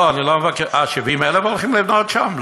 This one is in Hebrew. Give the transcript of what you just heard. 70,000. אה, 70,000 הולכים לבנות שם?